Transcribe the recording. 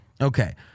Okay